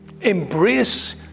Embrace